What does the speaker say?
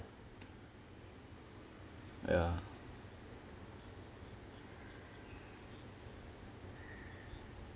ya